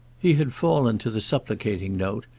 he had fallen to the supplicating note,